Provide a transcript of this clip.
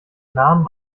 namen